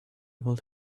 able